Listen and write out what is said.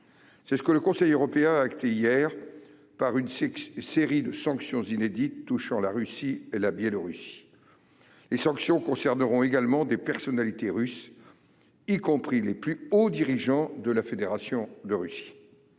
C'est ce que le Conseil européen a acté hier par une série de sanctions inédites touchant la Russie et la Biélorussie. Les sanctions concerneront également des personnalités russes, y compris les plus hauts dirigeants de la Fédération de Russie.